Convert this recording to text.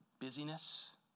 busyness